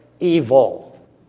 Evil